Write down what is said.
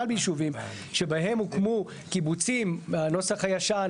בישובים שבהם הוקמו קיבוצים בנוסח הישן,